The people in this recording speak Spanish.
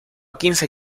quince